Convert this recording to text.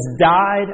died